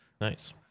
Nice